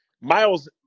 miles